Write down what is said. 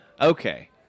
Okay